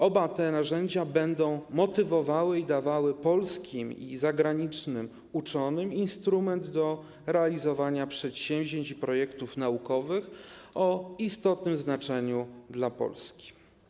Oba te narzędzia będą motywowały i dawały polskim oraz zagranicznym uczonym instrument do realizowania przedsięwzięć i projektów naukowych o istotnym znaczeniu dla Polski.